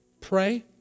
pray